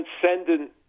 transcendent